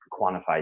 quantified